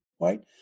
right